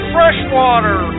Freshwater